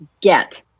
get